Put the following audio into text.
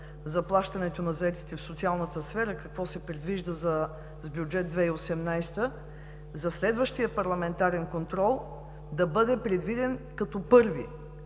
заплащането в социалната сфера – какво се предвижда с бюджет 2018, за следващия парламентарен контрол да бъде предвиден като първи,